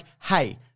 hey